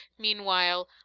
meanwhile,